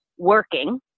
working